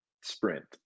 Sprint